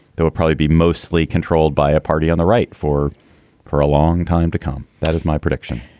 there will probably be mostly controlled by a party on the right for for a long time to come. that is my prediction